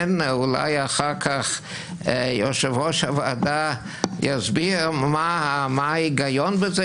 אולי אחר כך יושב-ראש הוועדה יסביר מה ההיגיון בזה,